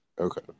Okay